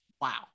wow